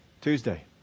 Tuesday